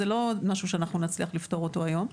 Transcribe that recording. זה לא משהו שאנחנו נצליח לפתור אותו היום,